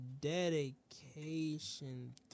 Dedication